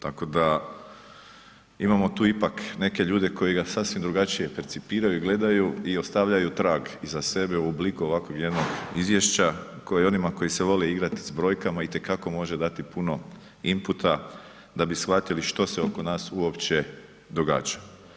Tako da imamo tu ipak neke ljude koji ga sasvim drugačije percipiraju i gledaju i ostavljaju trag iza sebe u obliku ovako jednog izvješća, kao i onima koji se vole igrati s brojkama, itekako može dati puno inputa da bi shvatili što se oko naš uopće događa.